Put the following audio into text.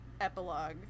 Epilogue